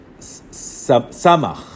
Samach